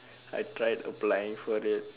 I tried applying for it